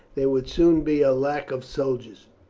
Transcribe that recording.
there would soon be a lack of soldiers.